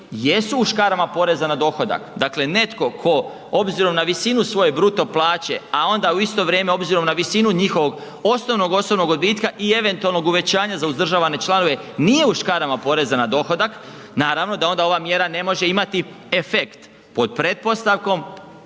jesu u škarama poreza na dohodak, dakle netko tko obzirom na visinu svoje bruto plaće a onda u isto vrijeme obzirom na visinu njihovog osnovnog osobnog odbitka i eventualnog uvećanja za uzdržavane članove, nije u škarama poreza na dohodak, naravno da oda ova mjera ne može imati efekt pod pretpostavkom